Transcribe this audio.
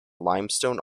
limestone